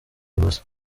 ubusa